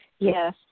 Yes